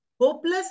hopeless